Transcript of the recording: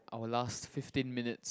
our last fifteen minutes